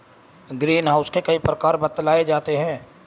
green house के कई प्रकार बतलाए जाते हैं